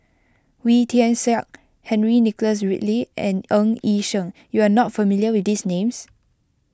Wee Tian Siak Henry Nicholas Ridley and Ng Yi Sheng you are not familiar with these names